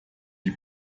die